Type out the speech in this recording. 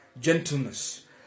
gentleness